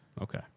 okay